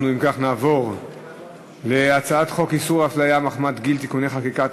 אנחנו נעבור להצעת חוק איסור הפליה מחמת גיל (תיקוני חקיקה),